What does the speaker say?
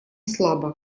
слабо